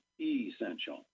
essential